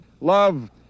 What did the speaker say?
love